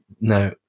No